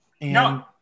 No